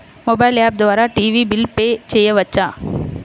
Mobile app ద్వారా TV bill pay చేయవచ్చా?